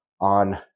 on